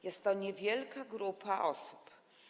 Jest to niewielka grupa osób.